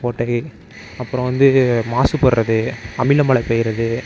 ஓட்டை அப்புறம் வந்து மாசுபடுறது அமில மழை பெய்யறது